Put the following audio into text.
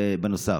בנוסף,